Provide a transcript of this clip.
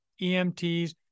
EMTs